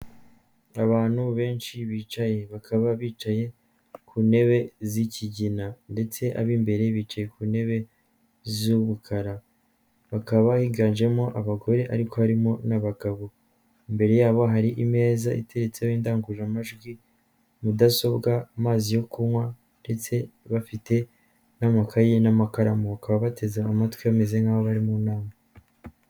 Abantu benshi bicaye bakaba bicaye ku ntebe z'ikigina, ndetse abimbere bicaye ku ntebe z'ubukara. Bakaba higanjemo abagore ariko harimo n'abagabo. Imbere yabo hari imeza iteretseho; indangururamajwi, mudasobwa, amazi yo kunywa ,ndetse bafite n'amakayi n'amakaramu. Bakaba bateze amatwi bameze nk'aho bari mu nama.